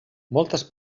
moltes